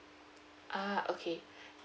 ah okay